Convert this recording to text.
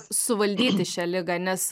suvaldyti šią ligą nes